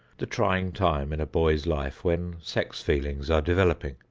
the trying time in a boy's life when sex feelings are developing,